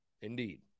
Indeed